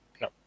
no